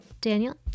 Daniel